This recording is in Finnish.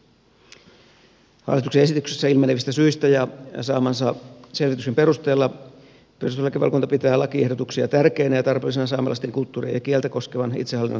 hallituksen esityksestä ilmenevistä syistä ja saamansa selvityksen perusteella perustuslakivaliokunta pitää lakiehdotuksia tärkeinä ja tarpeellisina saamelaisten kulttuuria ja kieltä koskevan itsehallinnon kehittämiseksi